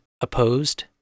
opposed